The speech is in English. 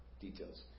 details